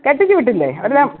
കെട്ടിച്ച് വിട്ടില്ലേ അവരെല്ലാം